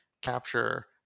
capture